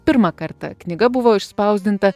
pirmą kartą knyga buvo išspausdinta